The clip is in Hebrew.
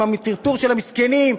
עם הטרטור של המסכנים,